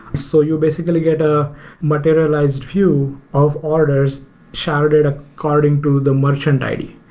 so you basically get a materialized view of orders sharded ah according to the merchant id.